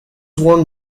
worn